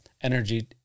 energy